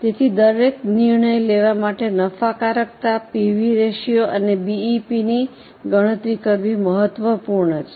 તેથી દરેક નિર્ણય લેવા માટે નફાકારકતા પીવી રેશિયો અને બીઈપીની ગણતરી કરવી મહત્વપૂર્ણ છે